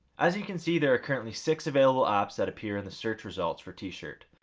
as you can see there are currently six available apps that appear in the search results for t-shirt,